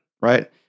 right